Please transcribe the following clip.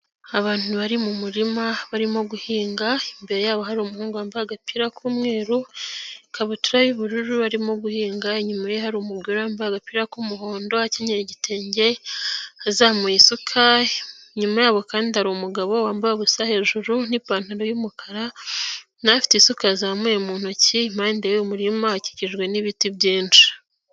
Abantu bari mu murima barimo guhinga ,imbere y'abo hari umuhungu wambaye agapira k'umweru, ikabutura y'ubururu ,arimo guhinga. lnyuma ye hari umugore wambaye agapira k'umuhondo, akenyera igitenge ,azamuye isuka ,inyuma y'abo kandi hari umugabo wambaye ubusa hejuru, n'ipantaro y'umukara ,nawe afite isuka yazamuye mu ntoki , impande y'uwo murima akikijwe n'ibiti byinshi.